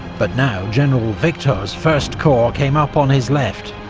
but now general victor's first corps came up on his left.